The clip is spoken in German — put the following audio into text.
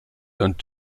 und